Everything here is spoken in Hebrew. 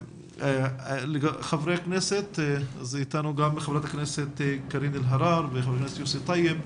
נמצאת איתנו ח"כ קארין אלהרר וח"כ יוסף טייב.